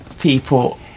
people